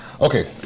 Okay